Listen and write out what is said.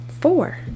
four